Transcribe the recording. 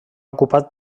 ocupat